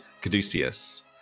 caduceus